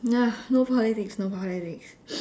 nah no politics no politics